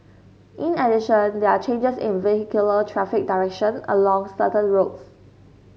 in addition there are changes in vehicular traffic direction along certain roads